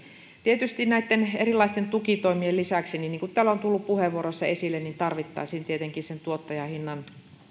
tietysti näitten erilaisten tukitoimien lisäksi niin niin kuin täällä on tullut puheenvuoroissa esille tarvittaisiin sen tuottajahinnan